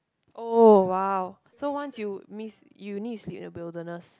oh !wow! so once you missed you need sleep in the wilderness